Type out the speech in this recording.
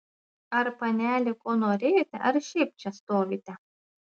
ar panelė ko norėjote ar šiaip čia stovite